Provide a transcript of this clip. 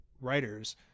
writers